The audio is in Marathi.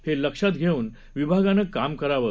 हेलक्षातघेऊनविभागानंकामकरावं